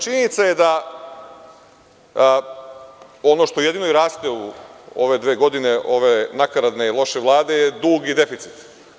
Činjenica je da ono što jedino raste u ove dve godine, ove nakaradne i loše Vlade, je dug i deficit.